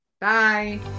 bye